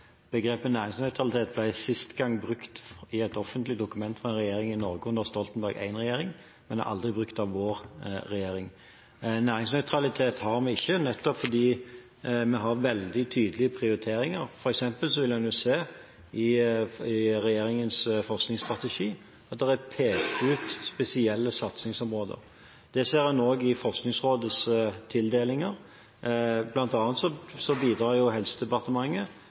Begrepet «næringsnøytralitet» i et offentlig dokument fra en regjering i Norge ble sist gang brukt av Stoltenberg I-regjeringen, men det er aldri brukt av vår regjering. Næringsnøytralitet har vi ikke, nettopp fordi vi har veldig tydelige prioriteringer. For eksempel vil en i regjeringens forskningsstrategi se at det er pekt ut spesielle satsingsområder. Det ser en også i Forskningsrådets tildelinger. Blant annet bidrar